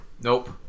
nope